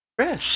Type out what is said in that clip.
Chris